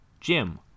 Jim